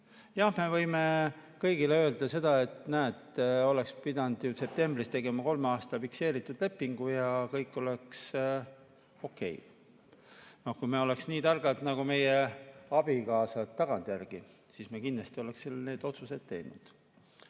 me võime kõigile öelda, et näete, oleks pidanud septembris tegema kolme aasta [peale] fikseeritud lepingu ja kõik oleks okei. No kui me oleks nii targad nagu meie abikaasad tagantjärele, siis me kindlasti oleksime need otsused teinud.